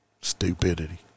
Stupidity